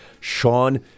Sean